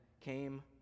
came